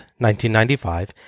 1995